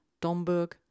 Domburg